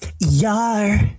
Yar